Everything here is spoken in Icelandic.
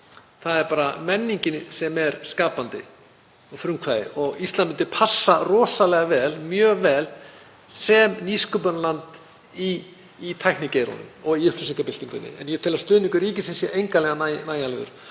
Það er bara menningin sem er skapandi og frumkvæðið og Ísland myndi passa rosalega vel, mjög vel, sem nýsköpunarland í tæknigeiranum og í upplýsingabyltingunni. En ég tel að stuðningur ríkisins sé engan veginn nægjanlegur